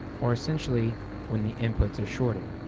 or essentially when the inputs are shorted.